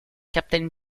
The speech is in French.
captain